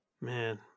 Man